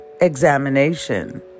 examination